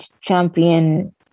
champion